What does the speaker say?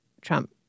Trump